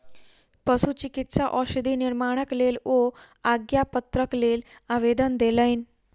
पशुचिकित्सा औषधि निर्माणक लेल ओ आज्ञापत्रक लेल आवेदन देलैन